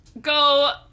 go